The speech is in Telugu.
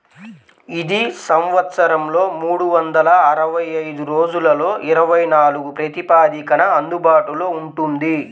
ఇది సంవత్సరంలో మూడు వందల అరవై ఐదు రోజులలో ఇరవై నాలుగు ప్రాతిపదికన అందుబాటులో ఉంటుంది